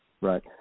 Right